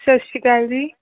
ਸਤਿ ਸ਼੍ਰੀ ਅਕਾਲ ਜੀ